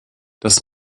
das